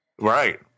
Right